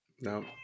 No